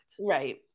Right